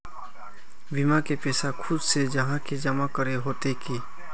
बीमा के पैसा खुद से जाहा के जमा करे होते की?